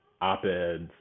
op-eds